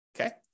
okay